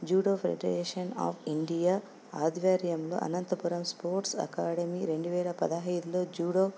judo federation of India ఆధవర్యంలో Anantapuram sports academy రెండు వేల పదహైదులో జూడో